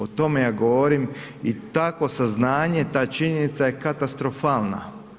O tome ja govorim i takvo saznanje, ta činjenica je katastrofalna.